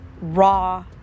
raw